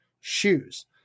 shoes